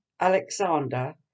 Alexander